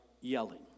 yelling